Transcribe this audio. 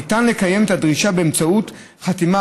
ניתן לקיים את הדרישה באמצעות חתימה